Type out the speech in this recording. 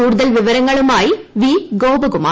കൂടുതൽ വിവരങ്ങളുമായി വി ഗോപകുമാർ